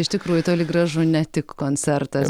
iš tikrųjų toli gražu ne tik koncertas